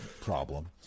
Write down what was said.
problem